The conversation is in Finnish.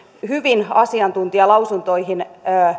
hyvin asiantuntijalausuntoihin